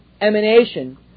emanation